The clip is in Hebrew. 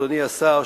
אדוני השר,